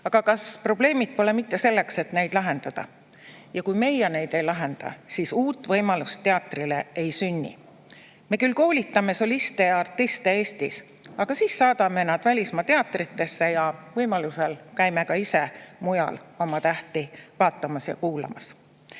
Aga kas probleemid pole mitte selleks, et neid lahendada? Ja kui meie neid ei lahenda, siis uut võimalust teatrile ei sünni. Me küll koolitame soliste ja artiste Eestis, aga siis saadame nad välismaa teatritesse ning käime võimaluse korral ka ise mujal oma tähti vaatamas ja kuulamas.